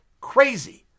crazy